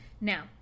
Now